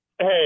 Hey